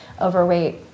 overweight